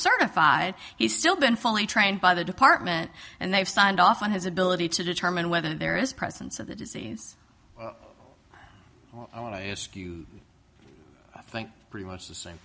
certified he's still been fully trained by the department and they've signed off on his ability to determine whether there is presence of the disease and i ask you think pretty much the same